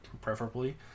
preferably